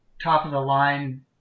top-of-the-line